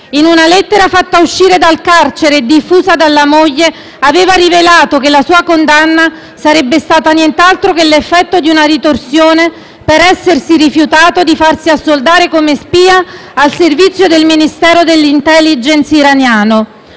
In una lettera fatta uscire dal carcere e diffusa dalla moglie, aveva rivelato che la sua condanna sarebbe stata nient'altro che l'effetto di una ritorsione per essersi rifiutato di farsi assoldare come spia al servizio del Ministero dell'*intelligence* iraniano.